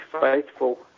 faithful